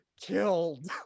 killed